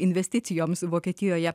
investicijoms vokietijoje